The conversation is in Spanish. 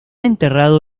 enterrado